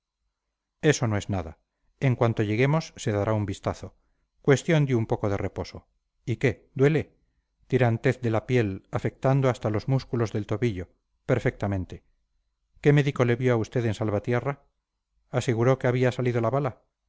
eso no es nada en cuanto lleguemos se dará un vistazo cuestión de un poco de reposo y qué duele tirantez de la piel afectando hasta los músculos del tobillo perfectamente qué médico le vio a usted en salvatierra aseguró que había salido la bala